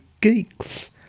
geeks